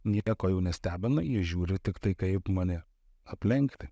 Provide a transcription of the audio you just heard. nieko jau nestebina jie žiūri tiktai kaip mane aplenkti